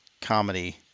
comedy